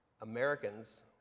Americans